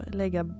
lägga